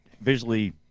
visually